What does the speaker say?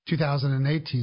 2018